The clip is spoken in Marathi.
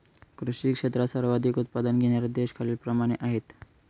कृषी क्षेत्रात सर्वाधिक उत्पादन घेणारे देश खालीलप्रमाणे आहेत